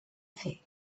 fer